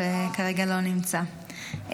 שכרגע לא נמצא,